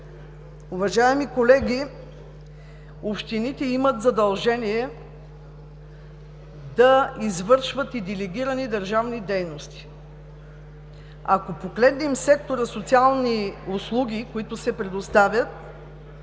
Уважаеми колеги, общините имат задължение да извършват и делегирани държавни дейности. Ако погледнем сектора „Социални услуги“, които се предоставят,